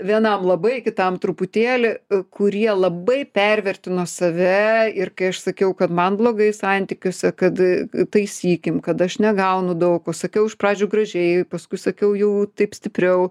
vienam labai kitam truputėlį kurie labai pervertino save ir kai aš sakiau kad man blogai santykiuose kad taisykim kad aš negaunu daug sakiau iš pradžių gražiai paskui sakiau jau taip stipriau